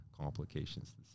complications